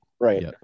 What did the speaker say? Right